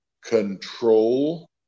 control